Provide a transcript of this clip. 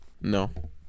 No